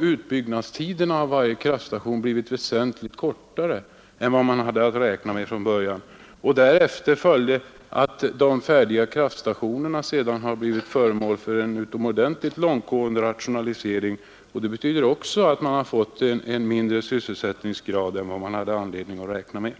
utbyggnadstiden för varje kraftstation praktiskt taget regelbundet blivit väsentligt kortare än man räknade med från början, vartill kommer att de färdiga kraftstationerna blivit föremål för en utomordentligt långtgående rationalisering, vilket också betyder att man fått en mindre sysselsättningsgrad än man hade anledning att räkna med.